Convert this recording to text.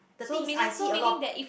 the thing is I see a lot